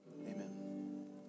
Amen